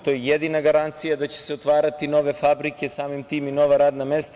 To je jedina garancija da će se otvarati nove fabrike, samim tim i nova radna mesta.